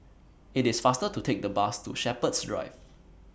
IT IS faster to Take The Bus to Shepherds Drive